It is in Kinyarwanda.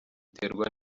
iterwa